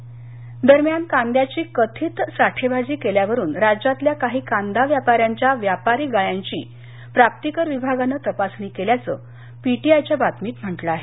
कांदा तपासणी दरम्यान कांद्याची कथित साठेबाजी केल्यावरून राज्यातल्या काही कांदा व्यापाऱ्यांच्या व्यापारी गाळ्यांची प्राप्ती कर विभागानं तपासणी केल्याचं पी टी आयच्या बातमीत म्हटलं आहे